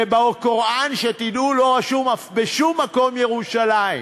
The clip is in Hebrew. ובקוראן, שתדעו, לא רשום בשום מקום "ירושלים".